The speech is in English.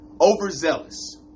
Overzealous